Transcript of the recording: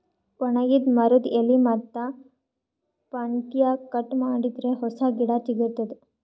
ಒಣಗಿದ್ ಮರದ್ದ್ ಎಲಿ ಮತ್ತ್ ಪಂಟ್ಟ್ಯಾ ಕಟ್ ಮಾಡಿದರೆ ಹೊಸ ಗಿಡ ಚಿಗರತದ್